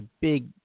big